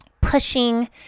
pushing